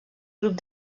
grup